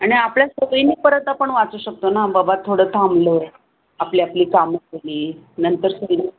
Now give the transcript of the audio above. आणि आपल्या सवयीने परत आपण वाचू शकतो ना बाबा थोडं थांबलो आपली आपली कामं केली नंतर सगळी